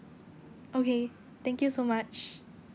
okay thank you so much